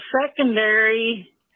secondary